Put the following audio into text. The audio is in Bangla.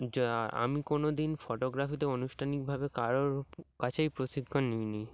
যা আমি কোনো দিন ফটোগ্রাফিতে আনুষ্ঠানিকভাবে কারোর কাছেই প্রশিক্ষণ নিইনি